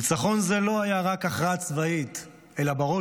ניצחון זה לא היה רק הכרעה צבאית אלא בראש